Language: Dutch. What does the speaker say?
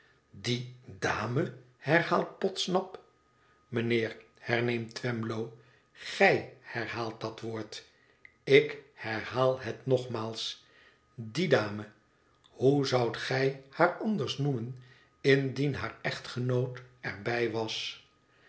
die dame herhaalt podsnap t mijnheer herneemt twemlow gij herhaalt dat woord j t herhaal het nogmaals die dame hoe zoudt gij haar anders noemen mdien haar echtgenoot er bij was